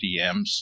DMs